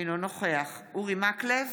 אינו נוכח אורי מקלב,